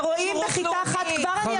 נכנסים ורואים בכיתה אחת, כבר אני אגיד.